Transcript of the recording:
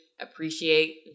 appreciate